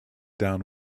down